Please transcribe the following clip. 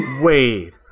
Wait